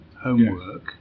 homework